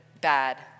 bad